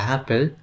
Apple